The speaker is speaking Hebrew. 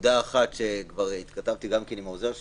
נקודה אחת שכבר התכתבתי עליה עם העוזר שלו,